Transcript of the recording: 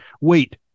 Wait